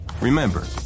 Remember